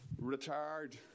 retired